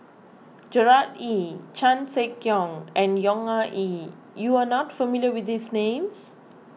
Gerard Ee Chan Sek Keong and Yong Ah Kee you are not familiar with these names